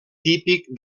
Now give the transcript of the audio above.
típic